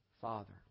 Father